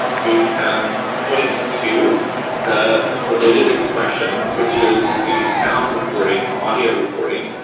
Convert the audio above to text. we can point to the related expression, which is the sound recording, the audio recording.